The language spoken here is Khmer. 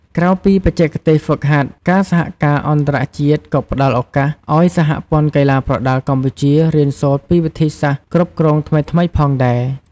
ក្រៅពីបច្ចេកទេសហ្វឹកហាត់ ការសហការអន្តរជាតិក៏ផ្តល់ឱកាសឲ្យសហព័ន្ធកីឡាប្រដាល់កម្ពុជា រៀនសូត្រពីវិធីសាស្ត្រគ្រប់គ្រងថ្មីៗផងដែរ។